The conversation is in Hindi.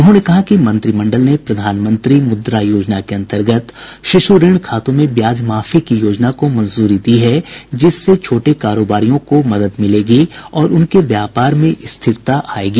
उन्होंने कहा कि मंत्रिमंडल ने प्रधानमंत्री मुद्रा योजना के अंतर्गत शिशु ऋण खातों में ब्याज माफी की योजना को मंजूरी दी है जिससे छोटे कारोबारियों को मदद मिलेगी और उनके व्यापार में स्थिरता आएगी